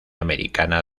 americana